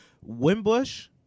Wimbush